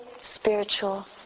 spiritual